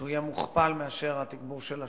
שיהיה כפול מהתגבור של השנה,